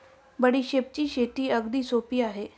बडीशेपची शेती अगदी सोपी आहे